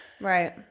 Right